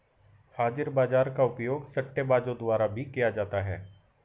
हाजिर बाजार का उपयोग सट्टेबाजों द्वारा भी किया जाता है